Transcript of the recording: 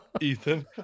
Ethan